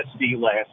last